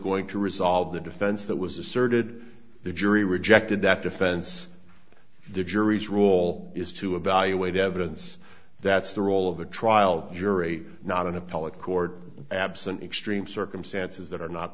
going to resolve the defense that was asserted the jury rejected that defense the jury's rule is to evaluate evidence that's the role of a trial jury not an appellate court absent extreme circumstances that are not